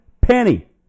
penny